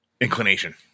inclination